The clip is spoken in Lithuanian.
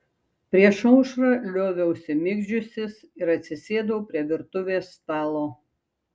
prieš aušrą lioviausi migdžiusis ir atsisėdau prie virtuvės stalo